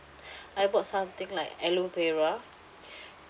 I bought something like aloe vera